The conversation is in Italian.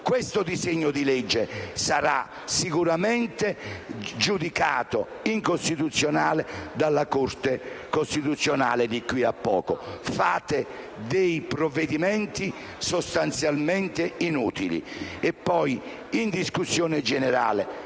questo disegno di legge sarà giudicato incostituzionale dalla Corte costituzionale di qui a poco. Varate dei provvedimenti sostanzialmente inutili. In sede di discussione generale,